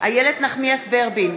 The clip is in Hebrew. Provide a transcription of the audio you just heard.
איילת נחמיאס ורבין,